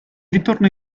ritorno